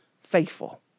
faithful